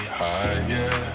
higher